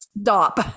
stop